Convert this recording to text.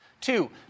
Two